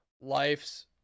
life's